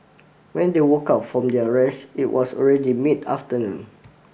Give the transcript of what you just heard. when they woke up from their rest it was already mid afternoon